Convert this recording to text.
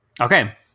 Okay